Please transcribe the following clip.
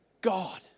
God